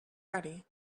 ready